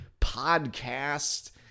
podcast